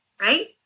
Right